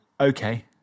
okay